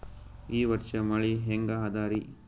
ಈ ವರ್ಷ ಮಳಿ ಹೆಂಗ ಅದಾರಿ?